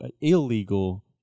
illegal